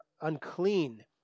unclean